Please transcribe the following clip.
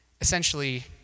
essentially